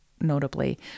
notably